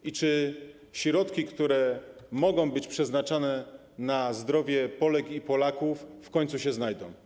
I czy środki, które mogą być przeznaczane na zdrowie Polek i Polaków, w końcu się znajdą?